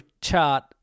chart